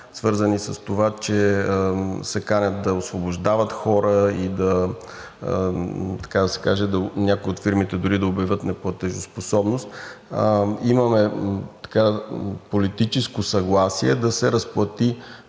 свързани с това, че се канят да освобождават хора и така да се каже, някои от фирмите дори да обявят неплатежоспособност, имаме политическо съгласие да се разплати